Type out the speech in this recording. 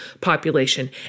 population